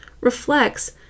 reflects